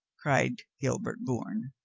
cried gilbert bourne.